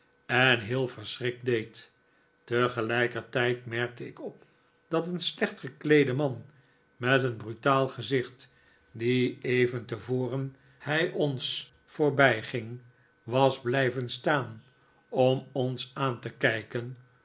en heel verschrikt deed tegelijkertijd merkte ik op dat een slecht gekleede man met een brutaal gezicht die even tevoren toen hij ons voorbijging was blijven staan om ons aan te kijken